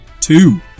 two